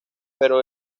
pero